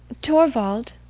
torvald.